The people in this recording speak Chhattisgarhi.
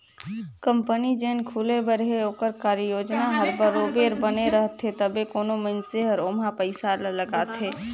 कंपनी जेन खुले बर हे ओकर कारयोजना हर बरोबेर बने रहथे तबे कोनो मइनसे हर ओम्हां पइसा ल लगाथे